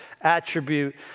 attribute